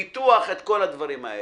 ביטוח וכל הדברים האלה.